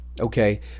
Okay